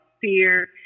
fear